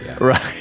Right